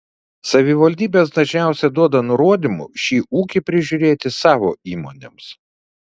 savivaldybės dažniausiai duoda nurodymų šį ūkį prižiūrėti savo įmonėms